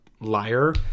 liar